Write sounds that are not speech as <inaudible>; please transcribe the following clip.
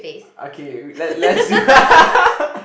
ah k le~ let's see <laughs>